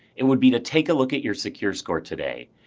it would be to take look at your secure score today,